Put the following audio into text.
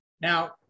now